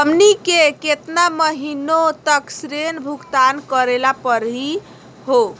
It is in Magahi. हमनी के केतना महीनों तक ऋण भुगतान करेला परही हो?